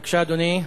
בבקשה, אדוני.